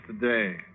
today